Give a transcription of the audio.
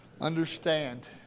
Understand